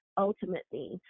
ultimately